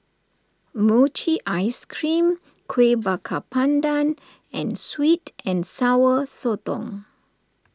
Mochi Ice Cream Kueh Bakar Pandan and Sweet and Sour Sotong